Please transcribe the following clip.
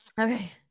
Okay